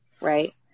right